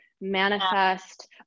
manifest